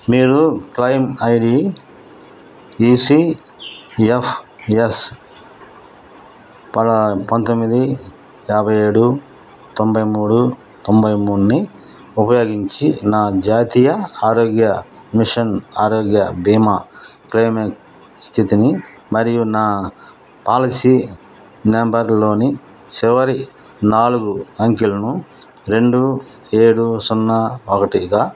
మీరు claim ID U C F S పద పంతొమ్మిది యాభై ఏడు తొంభై మూడు తొంభై మూడుని ఉపయోగించి నా జాతీయ ఆరోగ్య మిషన్ ఆరోగ్య బీమా క్లెయిమ్ స్థితిని మరియు నా పాలసీ నెంబర్లోని చివరి నాలుగు అంకెలను రెండు ఏడు సున్నా ఒకటిగా